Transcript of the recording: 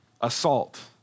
assault